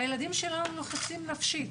הילדים שלנו לחוצים נפשית.